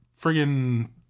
friggin